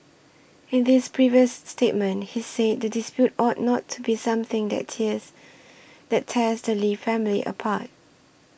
in this previous statement he said the dispute ought not to be something that tears that test Lee family apart